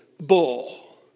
bull